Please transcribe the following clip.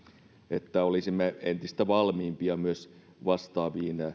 että olisimme entistä valmiimpia vastaaviin